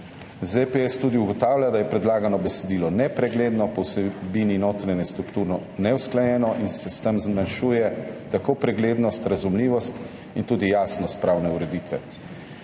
ZPS tudi ugotavlja, da je predlagano besedilo nepregledno, po vsebini notranje strukturno neusklajeno in se s tem zmanjšujejo tako preglednost, razumljivost kot tudi jasnost pravne ureditve.